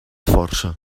força